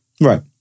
Right